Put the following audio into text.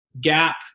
gap